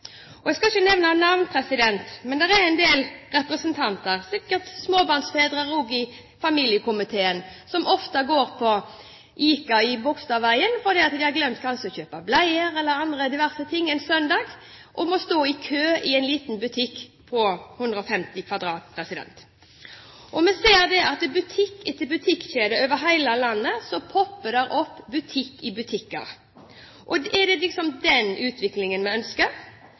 ok. Jeg skal ikke nevne navn, men det er en del representanter – sikkert småbarnsfedre også i familiekomiteen – som ofte går på ICA i Bogstadveien en søndag, fordi de kanskje har glemt å kjøpe bleier eller andre diverse ting, og må stå i kø i en liten butikk på 100 kvadratmeter. Vi ser at i butikkjeder over hele landet popper det opp butikk i butikken. Er det den utviklingen vi ønsker,